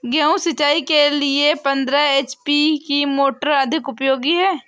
गेहूँ सिंचाई के लिए पंद्रह एच.पी की मोटर अधिक उपयोगी है?